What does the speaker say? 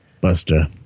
Buster